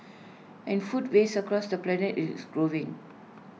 and food waste across the planet is growing